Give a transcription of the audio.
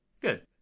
Good